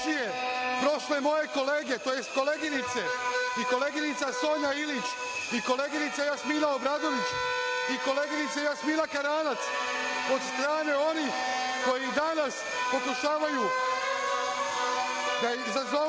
i koleginica Jasmina Obradović i koleginica Jasmina Karanac od strane onih koji danas pokušavaju da izazovu